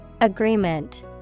Agreement